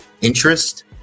interest